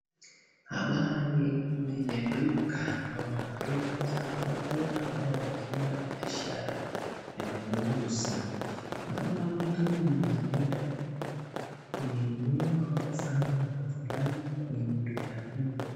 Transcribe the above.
Hapa ni mwenye duka au maduka za watu ambao wanafanya biashara ya kuuza. Naona mtu mwenye ameenda kuinunua au kufanya mambo fulani kwenye duka huu.